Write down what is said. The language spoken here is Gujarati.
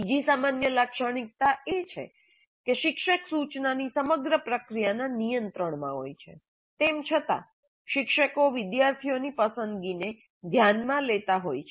બીજી સામાન્ય લાક્ષણિકતા એ છે કે શિક્ષક સૂચનાની સમગ્ર પ્રક્રિયાના નિયંત્રણમાં હોય છે તેમ છતાં શિક્ષકો વિદ્યાર્થીઓની પસંદગીને ધ્યાનમાં લેતા હોય છે